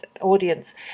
audience